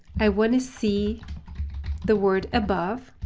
i want to see the word above,